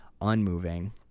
unmoving